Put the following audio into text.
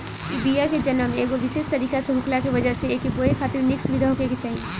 इ बिया के जनम एगो विशेष तरीका से होखला के वजह से एके बोए खातिर निक सुविधा होखे के चाही